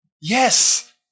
Yes